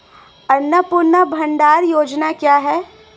अन्नपूर्णा भंडार योजना क्या है?